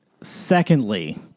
Secondly